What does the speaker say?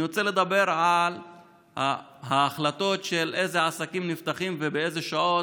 אני רוצה לדבר על ההחלטות על איזה עסקים נפתחים ובאילו שעות,